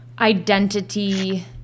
identity